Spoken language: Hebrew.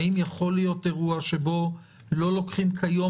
האם יכול להיות אירוע שבו לא לוקחים כיום